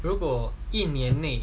如果一年内